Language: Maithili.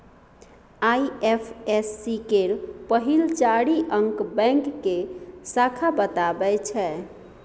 आइ.एफ.एस.सी केर पहिल चारि अंक बैंक के शाखा बताबै छै